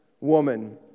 Woman